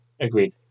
agreed